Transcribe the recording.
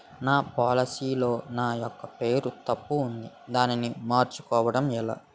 నా పోలసీ లో నా యెక్క పేరు తప్పు ఉంది దానిని మార్చు కోవటం ఎలా?